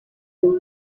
ago